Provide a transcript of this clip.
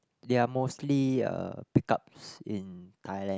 they're mostly uh pickups in Thailand